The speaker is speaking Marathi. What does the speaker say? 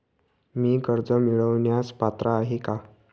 मी कर्ज मिळवण्यास पात्र आहे का?